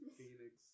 Phoenix